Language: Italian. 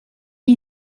gli